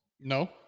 No